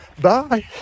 Bye